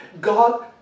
God